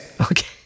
Okay